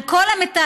על כל המיטלטלין,